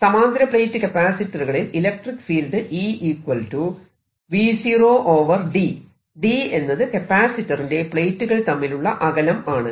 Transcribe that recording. സമാന്തര പ്ലേറ്റ് കപ്പാസിറ്ററുകളിൽ electric field d എന്നത് കപ്പാസിറ്ററിന്റെ പ്ലേറ്റുകൾ തമ്മിലുള്ള അകലം ആണ്